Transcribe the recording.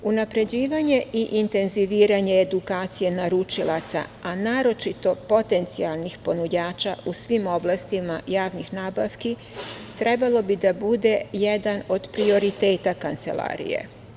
Unapređivanje i intenziviranje edukacije naručilaca, a naročito potencijalnih ponuđača u svim oblastima javnih nabavki trebalo bi da bude jedan od prioriteta Kancelarije.